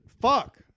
Fuck